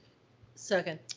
second.